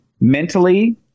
mentally